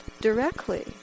directly